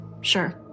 Sure